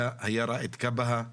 היה כבהא